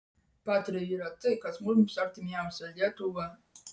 patria yra tai kas mums artimiausia lietuva